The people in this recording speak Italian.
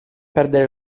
perdere